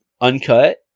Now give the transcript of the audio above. uncut